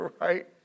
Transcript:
right